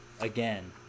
again